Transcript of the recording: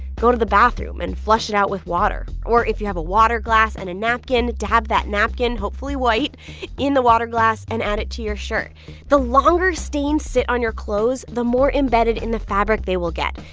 go to the bathroom and flush it out with water. or if you have a water glass and a napkin, dab that napkin hopefully white in the water glass and add it to your shirt the longer stains sit on your clothes, the more embedded in the fabric they will get.